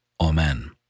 Amen